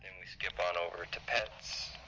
we skip on over to pets.